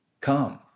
come